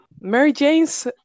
Mary-Jane's